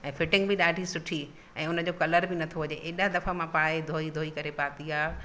ऐं फिटिंग बि ॾाढी सुठी ऐं उन जो कलर बि नथो वञे अहिड़ा दफ़ा मां पाए धोई धोई करे पाती आहे